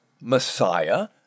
Messiah